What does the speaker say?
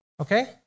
okay